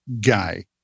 guy